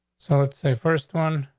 so it's a first one